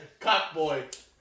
Cockboy